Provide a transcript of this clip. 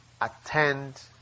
attend